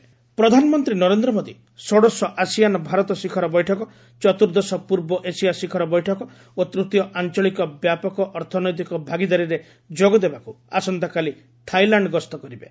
PM ASEAN ପ୍ରଧାନମନ୍ତ୍ରୀ ନରେନ୍ଦ୍ର ମୋଦୀ ଷୋଡ଼ଶ ASEAN Bharat ଶିଖର ବୈଠକ ଚତୁର୍ଦ୍ଦଶ ପୂର୍ବ ଏସିଆ ଶିଖର ବୈଠକ ଓ ତୃତୀୟ ଆଞ୍ଚଳିକ ବ୍ୟାପକ ଅର୍ଥନୈତିକ ଭାଗିଦାରୀରେ ଯୋଗ ଦେବାକୁ ଆସନ୍ତାକାଲି ଥାଇଲାଣ୍ଡ ଗସ୍ତ କରିବେ